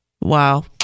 wow